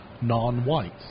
non-whites